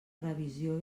revisió